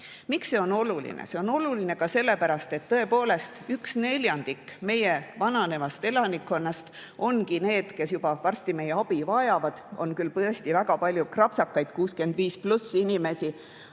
Miks see on oluline? See on oluline ka sellepärast, et tõepoolest, üks neljandik meie vananevast elanikkonnast ongi need, kes juba varsti meie abi vajavad. On küll tõesti väga palju krapsakaid 65+ vanuses inimesi,